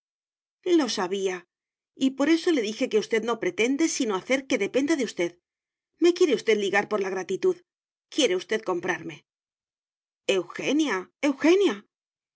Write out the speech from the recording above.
lo sabía y por eso le dije que usted no pretende sino hacer que dependa de usted me quiere usted ligar por la gratitud quiere usted comprarme eugenia